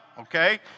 okay